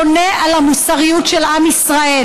שבונה על המוסריות של עם ישראל.